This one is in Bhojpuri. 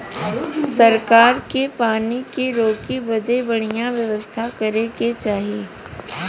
सरकार के पानी के रोके बदे बढ़िया व्यवस्था करे के चाही